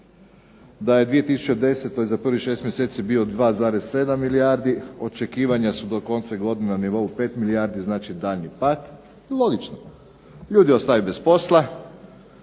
da je 2010. prvih 6 mjeseci bio 2,7 milijardi. Očekivanja su do konca godine 5 milijardi, znači daljnji pad. Logično, ljudi ostaju bez posla,